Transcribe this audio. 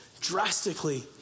drastically